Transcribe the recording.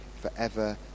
forever